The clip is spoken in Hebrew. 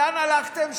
לאן הלכתם?